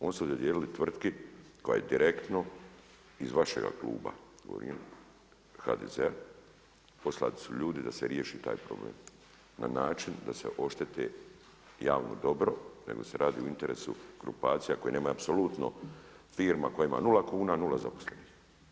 Oni su dodijelili tvrtki koja je, direktno iz vašega kluba govorim, HDZ-a, poslani su ljudi da se riješi taj problem na način da se ošteti javno dobro, nego se radi o interesu grupacija koje nemaju apsolutno firma koja ima 0 kuna, 0 zaposlenih.